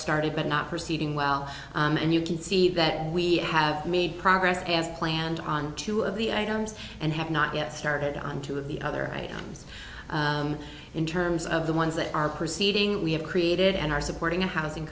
started but not proceeding well and you can see that we have made progress has planned on two of the i don't and have not yet started on two of the other items in terms of the ones that are proceeding we have created and are supporting a housing